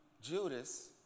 Judas